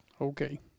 Okay